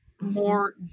more